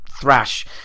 thrash